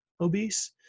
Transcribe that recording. obese